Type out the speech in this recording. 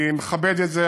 אני מכבד את זה.